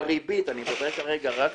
אני מרשה